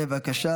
בבקשה.